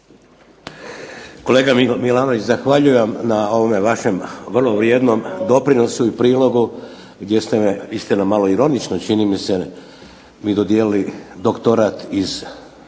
Kolega Milanović, zahvaljujem na ovome vašem vrlo vrijednom doprinosu i prilogu gdje ste istina malo ironično čini im se mi dodijelili doktorat iz,